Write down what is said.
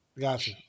Gotcha